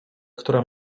która